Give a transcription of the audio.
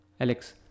Alex